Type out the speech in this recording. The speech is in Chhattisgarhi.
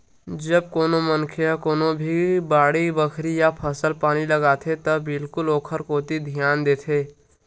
जब कोनो मनखे ह कोनो भी बाड़ी बखरी या फसल पानी लगाथे त बिल्कुल ओखर कोती धियान देथे